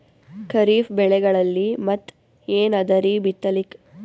ಖರೀಫ್ ಬೆಳೆಗಳಲ್ಲಿ ಮತ್ ಏನ್ ಅದರೀ ಬಿತ್ತಲಿಕ್?